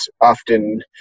often